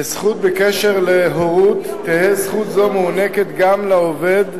לזכות בקשר להורות, תהא זכות זו מוענקת גם לעובד,